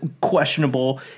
questionable